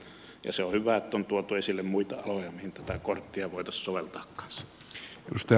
se on hyvä että on tuotu esille muita aloja mihin tätä korttia voitaisiin soveltaa kanssa